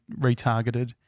retargeted